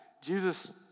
Jesus